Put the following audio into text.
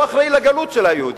הוא האחראי לגלות של היהודים,